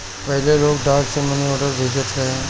पहिले लोग डाक से मनीआर्डर भेजत रहे